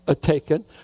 taken